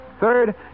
Third